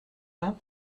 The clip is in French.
pas